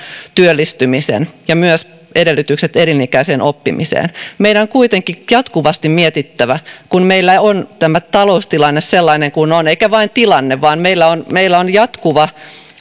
työllistymisen ja myös edellytykset elinikäiseen oppimiseen meidän on kuitenkin jatkuvasti mietittävä niitä keinoja kun meillä on tämä taloustilanne sellainen kuin on eikä vain tilanne vaan meillä on meillä on jatkuva